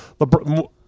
LeBron –